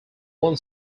one